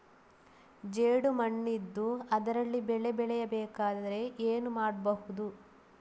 ಜೇಡು ಮಣ್ಣಿದ್ದು ಅದರಲ್ಲಿ ಬೆಳೆ ಬೆಳೆಯಬೇಕಾದರೆ ಏನು ಮಾಡ್ಬಹುದು?